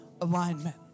alignment